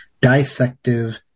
dissective